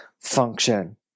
function